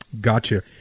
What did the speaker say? Gotcha